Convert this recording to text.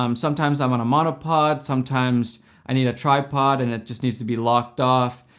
um sometimes i'm on a monopod, sometimes i need a tripod, and it just needs to be locked off,